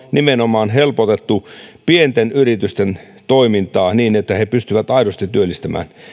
nimenomaan helpotettu pienten yritysten toimintaa niin että ne pystyvät aidosti työllistämään